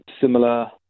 similar